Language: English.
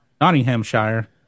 Nottinghamshire